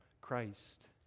Christ